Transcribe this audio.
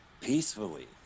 peacefully